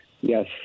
Yes